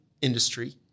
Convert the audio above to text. industry